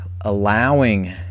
allowing